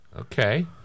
okay